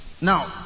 Now